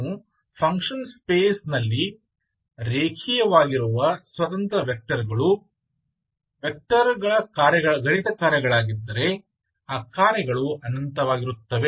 ನೀವು function space ನಲ್ಲಿ ರೇಖೀಯವಾಗಿರುವ ಸ್ವತಂತ್ರ ವೆಕ್ಟರ್ಗಳು ವೆಕ್ಟರ್ಗಳು ಗಣಿತಕಾರ್ಯಗಳಾಗಿದ್ದರೆ ಆ ಕಾರ್ಯಗಳು ಅನಂತವಾಗಿರುತ್ತವೆ